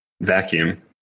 vacuum